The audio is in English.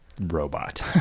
robot